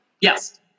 Yes